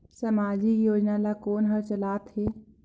समाजिक योजना ला कोन हर चलाथ हे?